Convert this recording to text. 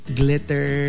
glitter